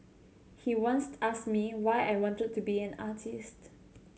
he once asked me why I wanted to be an artist